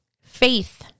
faith